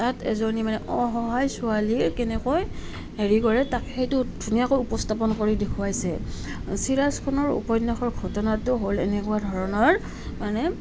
তাত এজনী মানে অসহায় ছোৱালী কেনেকৈ হেৰি কৰে তাক সেইটো ধুনীয়াকৈ উপস্থাপন কৰি দেখুৱাইছে চিৰাজখনৰ উপন্যাসৰ ঘটনাটো হ'ল এনেকুৱা ধৰণৰ মানে